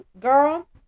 girl